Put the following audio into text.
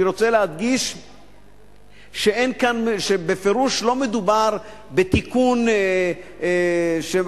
אני רוצה להדגיש שבפירוש לא מדובר בתיקון שנותן